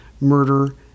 Murder